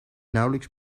nauwelijks